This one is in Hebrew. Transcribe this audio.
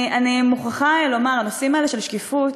אני מוכרחה לומר שהנושאים האלה, של שקיפות,